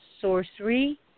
sorcery